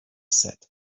said